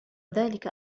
ذلك